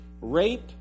rape